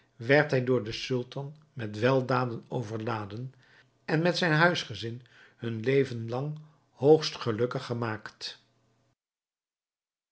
werd hij door den sultan met weldaden overladen en met zijn huisgezin hun leven lang hoogst gelukkig gemaakt